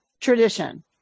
tradition